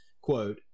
quote